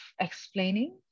explaining